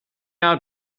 out